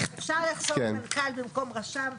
אפשר לכתוב מנכ"ל במקום רשם.